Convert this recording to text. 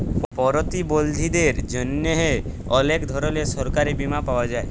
পরতিবলধীদের জ্যনহে অলেক ধরলের সরকারি বীমা পাওয়া যায়